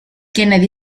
kennedy